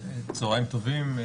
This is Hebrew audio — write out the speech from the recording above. צהריים טובים.